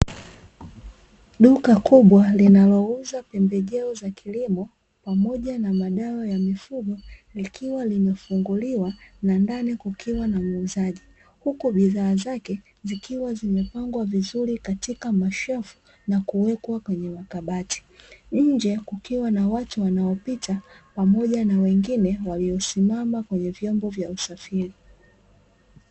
Duka kubwa linalouza pembejeo za kilimo pamoja na madawa ya mifugo, likiwa limefunguliwa na ndani kukikua na muuzaji huku bidhaa zake zikiwa zimepangwa vizuri katika mashelfu na kuwekwa kwenye kabati. Nje kukiwa na watu wanaopita pamoja na wengine wamesimama kwenye vyombo vya usafiri.